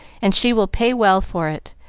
and she will pay well for it,